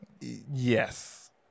Yes